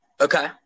Okay